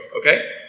okay